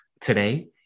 today